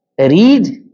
read